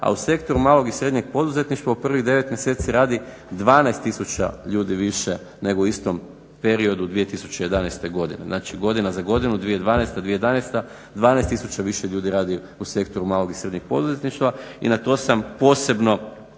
A u Sektoru malog i srednjeg poduzetništva u prvih 9 mjeseci radi 12 tisuća ljudi više nego u istom periodu 2011. godine. Znači, godina za godinu, 2012., 2011. 12 tisuća više ljudi radi u Sektoru malog i srednjeg poduzetništva i na to sam posebno